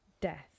death